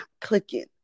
clicking